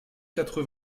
quatre